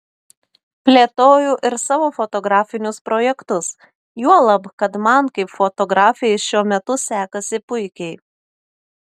plėtoju ir savo fotografinius projektus juolab kad man kaip fotografei šiuo metu sekasi puikiai